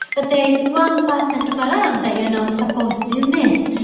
but there's one percent of alarm that you're not supposed to miss,